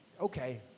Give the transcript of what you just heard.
okay